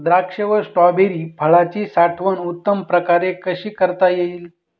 द्राक्ष व स्ट्रॉबेरी फळाची साठवण उत्तम प्रकारे कशी करता येईल?